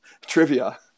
trivia